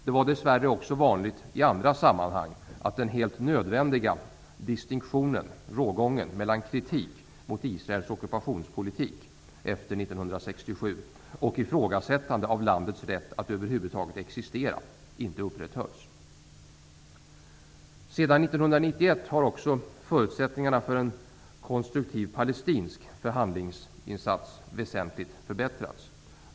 Det var dess värre också vanligt i andra sammanhang att den helt nödvändiga distinktionen, rågången, mellan kritik mot Israels ockupationspolitik efter 1967 och ifrågasättande av landets rätt att över huvud taget existera inte upprätthölls. Sedan 1991 har också förutsättningarna för en konstruktiv palestinsk förhandlingsinsats väsentligt förbättrats.